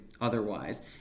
otherwise